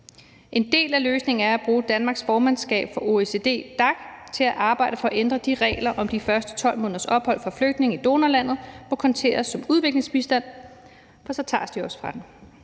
En del af løsningen er at bruge Danmarks formandskab for OECD, DAC, til at arbejde for at ændre de regler om, at de første 12 måneders ophold for flygtninge i donorlandet må konteres som udviklingsbistand, for så tages de også fra